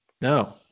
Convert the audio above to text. No